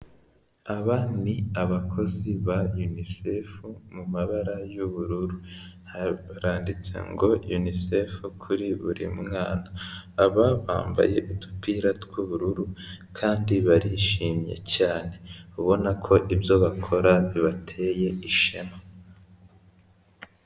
Aba ni abakozi ba UNICEF mu mabara y'ubururu, haranditse ngo "UNICEF kuri buri mwana," aba bambaye udupira tw'ubururu kandi barishimye cyane, ubona ko ibyo bakora bibateye ishema.